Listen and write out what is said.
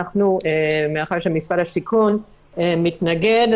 מאחר שמשרד השיכון מתנגד,